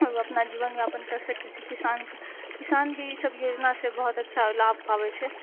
आओर ओ अपना जीवन यापन करि सकै छै किसान किसान भी ई सब योजनासँ बहुत अच्छा लाभ पाबै छै